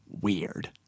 weird